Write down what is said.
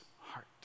heart